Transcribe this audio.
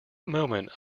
moment